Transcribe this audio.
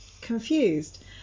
Confused